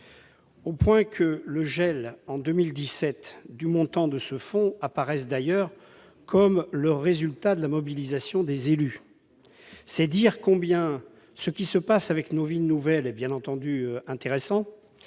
au point que le gel, en 2017, du montant de ce fonds apparaît aujourd'hui comme le résultat de la mobilisation des élus. C'est dire combien ce qui se passe avec les villes nouvelles est intéressant,